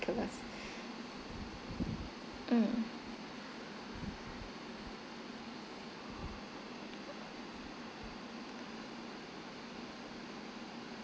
particulars mm